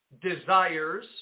desires